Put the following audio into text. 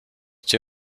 two